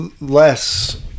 less